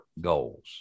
goals